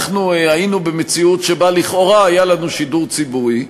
היינו במציאות שבה לכאורה היה לנו שידור ציבורי,